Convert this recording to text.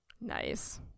Nice